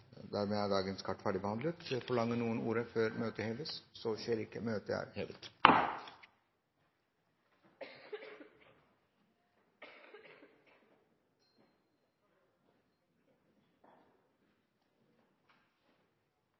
Dermed er dagens kart ferdigbehandlet. Forlanger noen ordet før møtet heves? – Møtet er hevet.